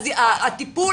אז הטיפול